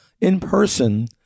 in-person